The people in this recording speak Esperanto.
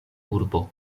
urbo